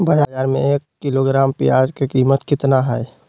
बाजार में एक किलोग्राम प्याज के कीमत कितना हाय?